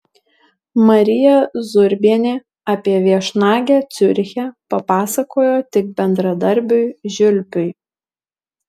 marija zurbienė apie viešnagę ciuriche papasakojo tik bendradarbiui žiulpiui